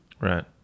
Right